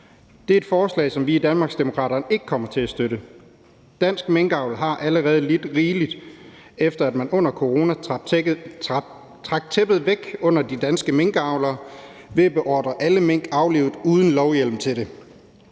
Det er et forslag, som vi i Danmarksdemokraterne ikke kommer til at støtte. Dansk minkavl har allerede lidt rigeligt, efter at man under corona trak tæppet væk under de danske minkavlere ved at beordre alle mink aflivet uden lovhjemmel til det.